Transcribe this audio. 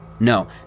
No